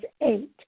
eight